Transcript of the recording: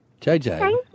JJ